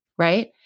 Right